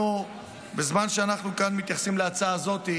בזמן שאנחנו כאן מתייחסים להצעה הזאת,